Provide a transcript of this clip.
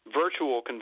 virtual